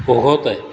ओघवतं आहे